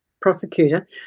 prosecutor